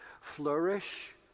flourish